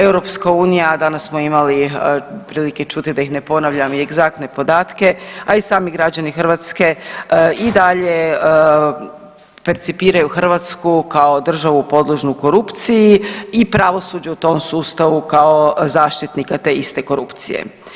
EU, danas smo imali prilike čuti, da ih ne ponavljam, i egzaktne podatke, a i sami građani Hrvatske i dalje percipiraju Hrvatsku kao državu podložnu korupciji i pravosuđu u tom sustavu kao zaštitnika te iste korupcije.